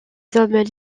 hommes